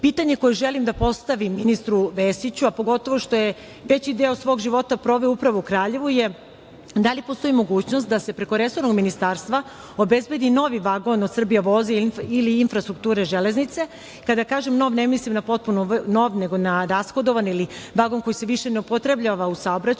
sećanje. Pitanje koje želim da postavim ministru Vesiću, a pogotovo što je veći deo svog života proveo upravo u Kraljevu, je da li postoji mogućnost da se preko resornog ministarstva obezbedi novi vagon od „Srbijavoza“ ili „Infrastrukture železnice“, kada kažem nov, ne mislim na potpuno nov, nego na rashodovan ili vagon koji se više ne upotrebljava u saobraćaju,